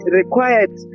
required